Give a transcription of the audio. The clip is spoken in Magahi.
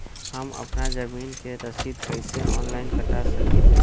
हम अपना जमीन के रसीद कईसे ऑनलाइन कटा सकिले?